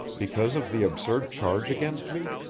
because of the absurd charge against me?